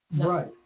right